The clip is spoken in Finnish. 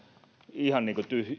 ihan